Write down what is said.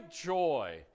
joy